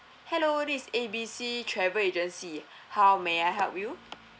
hello this is A B C travel agency how may I help you